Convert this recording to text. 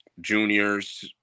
juniors